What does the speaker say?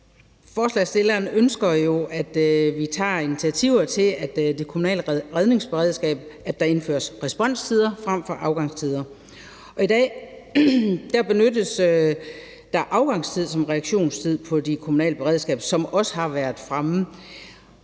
Forslagsstilleren ønsker, at vi tager initiativer til, at der i det kommunale redningsberedskab indføres responstider frem for afgangstider. I dag benyttes der afgangstid som reaktionstid i det kommunale beredskab, som det også har været fremme.